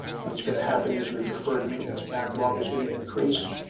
what's gonna happen is your deferred maintenance backlog is gonna increase.